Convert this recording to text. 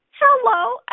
Hello